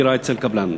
דירות אצל קבלנים.